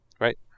right